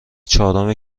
چهارم